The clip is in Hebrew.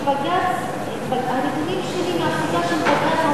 כי הנתונים שלי מהפסיקה של בג"ץ,